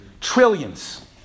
Trillions